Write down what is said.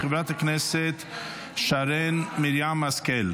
של חברת הכנסת שרן מרים השכל.